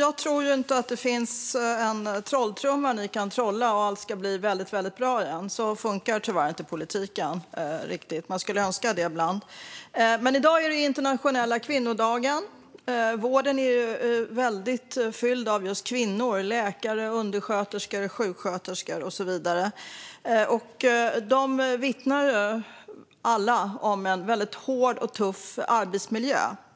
Jag tror inte att det finns en trumma som ni kan trolla med, Christian Carlsson, så att allt blir väldigt bra igen. Så funkar tyvärr inte politiken riktigt. Man skulle önska det ibland. I dag är det den internationella kvinnodagen. Vården är fylld av just kvinnor - läkare, undersköterskor, sjuksköterskor och så vidare. De vittnar alla om en väldigt hård och tuff arbetsmiljö.